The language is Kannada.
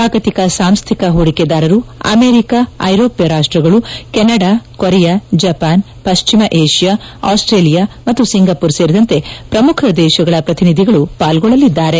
ಚಾಗತಿಕ ಸಾಂಸ್ಟಿಕ ಹೂಡಿಕೆದಾರರು ಅಮೆರಿಕ ಐರೋಷ್ಣ ರಾಷ್ಲಗಳು ಕೆನಡಾ ಕೊರಿಯಾ ಜಪಾನ್ ಪಕ್ಲಿಮ ಏಷ್ಣಾ ಆಸ್ಲೇಲಿಯಾ ಮತ್ತು ಸಿಂಗಾಪುರ ಸೇರಿದಂತೆ ಪ್ರಮುಖ ದೇಶಗಳ ಪ್ರತಿನಿಧಿಗಳು ಪಾಲ್ಗೊಳ್ಳಲಿದ್ದಾರೆ